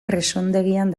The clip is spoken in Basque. presondegian